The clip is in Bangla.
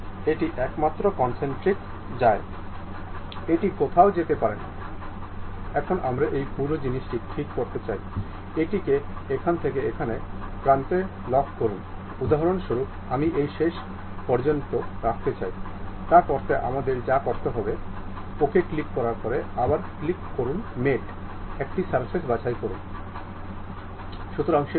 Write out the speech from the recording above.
এই এক্সপ্লোর করা দৃশ্যকে প্রাণবন্ত করার জন্য আমাদের এই সমাবেশে যেতে হবে